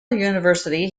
university